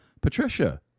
Patricia